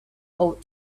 out